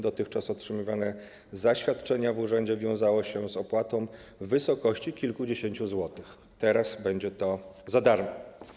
Dotychczas otrzymanie zaświadczenia w urzędzie wiązało się z opłatą w wysokości kilkudziesięciu złotych, teraz będzie to za darmo.